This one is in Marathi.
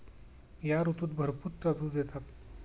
या ऋतूत भरपूर टरबूज येतात